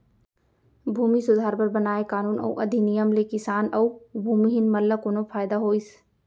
भूमि सुधार बर बनाए कानून अउ अधिनियम ले किसान अउ भूमिहीन मन ल कोनो फायदा होइस?